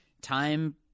time